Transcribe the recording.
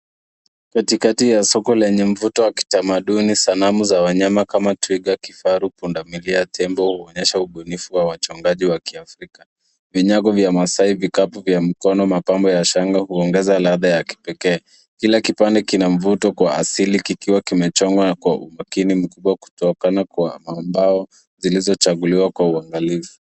Katikati ya soko lenye mvuto ya kitamaduni, sanamu za wanyama kama twiga, kifaru, punda milia, tembo kuonyesha unbunifu wa wachongaji wa kiafrika. Vinyago vya maasai, vikapu vya mkono huongeza ladha ya kipekee. Kila kipande kina mvuto wa asili kikiwa kimechongwa kwa umakini mkubwa kutokana kwa nambao zilizochaguliwa kwa uangalifu.